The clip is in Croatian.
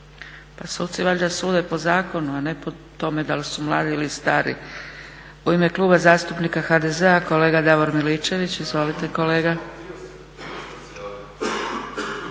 Pa suci valjda sude po zakonu, a ne po tome da li su mladi ili stari. U ime Kluba zastupnika HDZ-a, kolega Davor Miličević. Izvolite kolega.